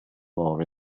more